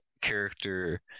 character